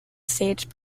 stage